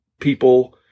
people